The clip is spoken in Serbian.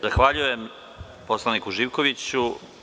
Zahvaljujem poslaniku Živkoviću.